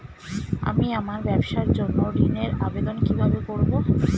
আমি আমার ব্যবসার জন্য ঋণ এর আবেদন কিভাবে করব?